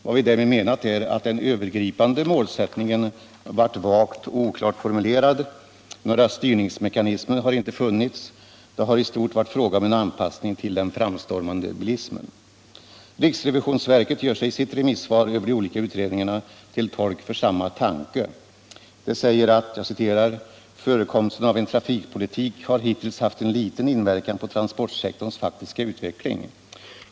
Vad vi därmed menat är att den övergripande målsättningen varit vagt och oklart formulerad, att några styrningsmekanismer inte har funnits utan att det i Stort sett varit fråga om en anpassning till den framstormande bilismen. Riksrevisionsverket gör sig i sitt remissvar över de olika utredningarna till tolk för samma tanke. Verket säger att ”förekomsten av en trafikpolitik har hittills haft en liten inverkan på transportsektorns faktiska utveckling.